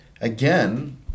again